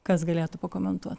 kas galėtų pakomentuot